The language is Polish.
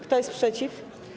Kto jest przeciw?